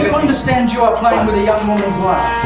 understand you're playing with a young woman's life.